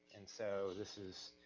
and so this is.